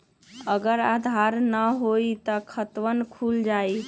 अगर आधार न होई त खातवन खुल जाई?